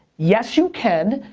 yes you can,